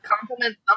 Compliment